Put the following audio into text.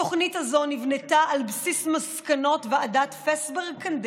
התוכנית הזאת נבנתה על בסיס מסקנות ועדת פסברג-קנדל.